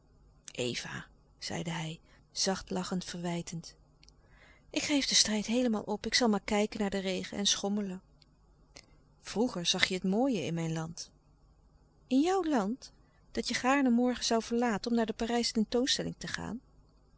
zeide hij zacht lachend verwijtend ik geef den strijd heelemaal op ik zal louis couperus de stille kracht maar kijken naar den regen en schommelen vroeger zag je het mooie in mijn land in jouw land dat je gaarne morgen zoû verlaten om naar de parijsche tentoonstelling te gaan